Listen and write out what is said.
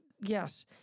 yes